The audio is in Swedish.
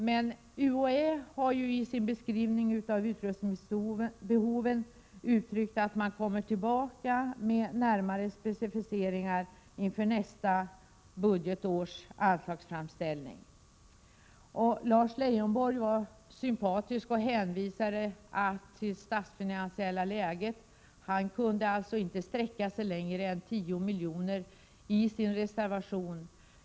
Men UHÄ har ju i sin beskrivning av utrustningsbehoven uttalat att man kommer tillbaka med närmare specificeringar inför nästa budgetårs anslagsframställning. Lars Leijonborg var sympatisk och hänvisade till det statsfinansiella läget. Han kunde alltså inte sträcka sig längre än till 10 milj.kr. i sin reservation.